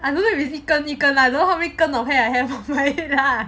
I wasn't really say 一根一根 lah I don't know is call 一根一根 or hair by hair